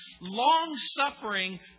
Long-suffering